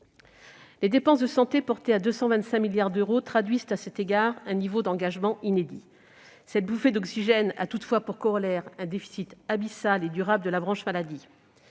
Les dépenses de santé, portées à 225 milliards d'euros, traduisent un niveau d'engagement inédit. Cette bouffée d'oxygène a toutefois pour corollaire un déficit abyssal et durable de la branche maladie.